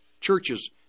churches